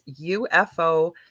UFO